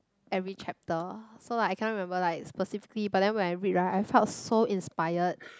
every chapter so like I can't remember like specifically but then when I read right I found so inspired